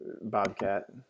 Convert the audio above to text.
bobcat